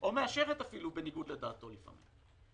או מאשרת אפילו בניגוד לדעתו לפעמים.